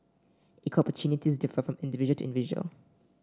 equal opportunities differ from individual to individual